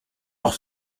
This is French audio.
leur